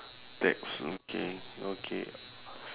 tax okay okay